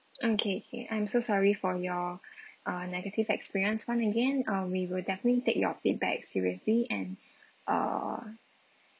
okay K I'm so sorry for your uh negative experience once again um we will definitely take your feedback seriously and uh